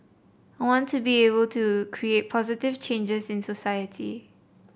I want to be able to create positive changes in society